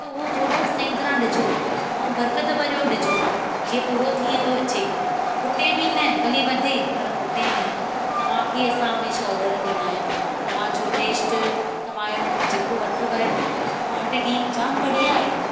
त उहो थोरो सही तरह ॾिजो ऐं बरिकत भरियो ॾिजो जीअं पूरो थी अचे खुटे बि न भली वधे पर खुटे न तव्हां खे असां हमेशह ऑडर ॾींदा आहियूं तव्हांजो टेस्ट तव्हांजो जेको अथऊं कोंटिटी जाम बढ़िया आहे